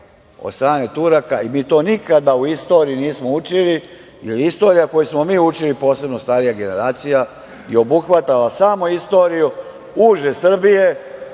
od strane Turaka i mi nikada u istoriji to nismo učili jer istorija koju smo mi učili, posebno starije generacije, je obuhvatala samo istoriju uže Srbije